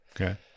Okay